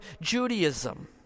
Judaism